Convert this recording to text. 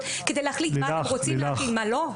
כדי להחליט מה אתם רוצים להטיל ומה לא?